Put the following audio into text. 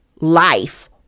life